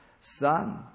son